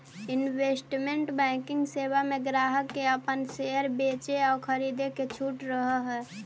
investment banking सेवा में ग्राहक के अपन शेयर बेचे आउ खरीदे के छूट रहऽ हइ